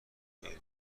علمی